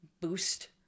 boost